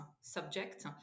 subject